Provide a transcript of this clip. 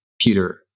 Peter